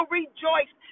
rejoice